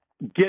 get